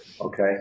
okay